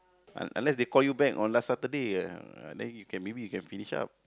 un~ unless they call you back on last Saturday uh then you can maybe you can finish up